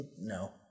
No